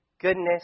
goodness